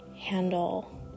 handle